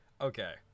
Okay